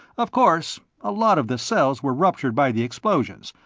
of course, a lot of the cells were ruptured by the explosions,